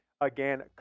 again